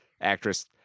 actress